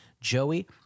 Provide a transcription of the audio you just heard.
Joey